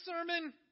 sermon